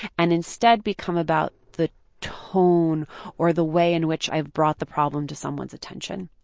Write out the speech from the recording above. and instead become about the tone or the way in which i've brought the problem to someone's attention,